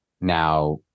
Now